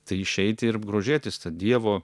tai išeiti ir grožėtis dievo